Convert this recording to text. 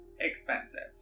expensive